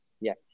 yes